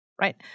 right